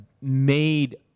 made